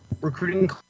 recruiting